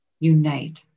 unite